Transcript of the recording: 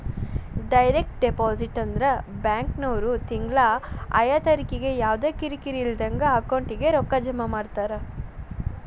direct deposit ಅಂದ್ರ ಬ್ಯಾಂಕಿನ್ವ್ರು ತಿಂಗ್ಳಾ ಆಯಾ ತಾರಿಕಿಗೆ ಯವ್ದಾ ಕಿರಿಕಿರಿ ಇಲ್ದಂಗ ಅಕೌಂಟಿಗೆ ರೊಕ್ಕಾ ಜಮಾ ಮಾಡ್ತಾರ